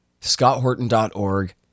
scotthorton.org